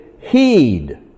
heed